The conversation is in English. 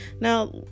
now